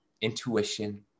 intuition